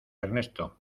ernesto